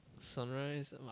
Sunrise